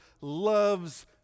loves